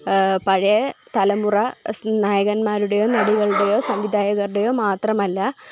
പഴയ തലമുറ സ് നായകന്മാരുടെയോ നടികളുടെയോ സംവിധായകരുടെയോ മാത്രമല്ല